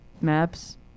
maps